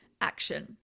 action